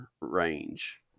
range